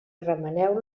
remeneu